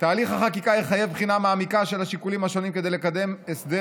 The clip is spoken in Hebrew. תהליך החקיקה יחייב בחינה מעמיקה של השיקולים השונים כדי לקדם הסדר